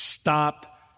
Stop